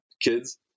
kids